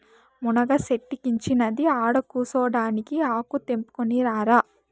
మునగ సెట్టిక్కించినది ఆడకూసోడానికా ఆకు తెంపుకుని రారా